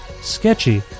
Sketchy